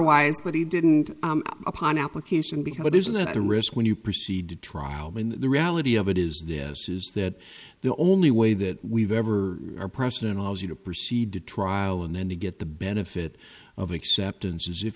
wise but he didn't upon application because there's a risk when you proceed to trial when the reality of it is this is that the only way that we've ever or president allows you to proceed to trial and then to get the benefit of acceptance is if